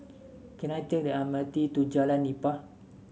can I take the M R T to Jalan Nipah